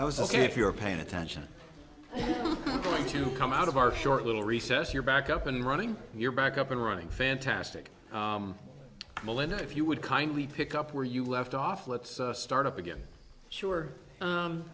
i was ok if you're paying attention to come out of our short little recess you're back up and running you're back up and running fantastic melinda if you would kindly pick up where you left off let's start up again sure